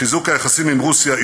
חיזוק היחסים עם רוסיה,